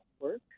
work